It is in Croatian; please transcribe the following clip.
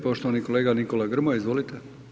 Poštovani kolega Nikola Grmoja, izvolite.